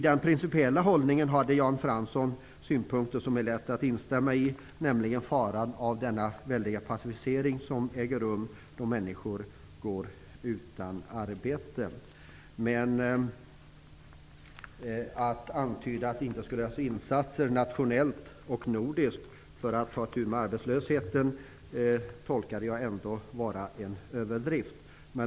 Rent principiellt hade Jan Fransson synpunkter som det är lätt att instämma i, nämligen faran av den väldiga passivisering som äger rum då människor går utan arbete. Men att antyda att det inte skulle göras insatser nationellt och nordiskt för att ta itu med arbetslösheten menar jag ändå är en överdrift.